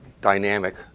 dynamic